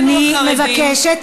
אני מבקשת,